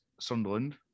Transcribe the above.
Sunderland